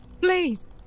please